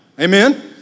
amen